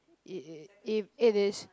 it if it is